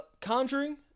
Conjuring